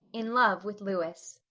in love with louis.